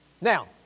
Now